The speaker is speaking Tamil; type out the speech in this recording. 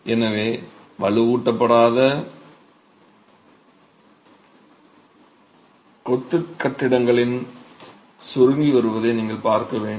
எனவே வலுவூட்டப்படாத கொத்து கட்டிடங்களின் சுருங்கி வருவதை நீங்கள் பார்க்க வேண்டும்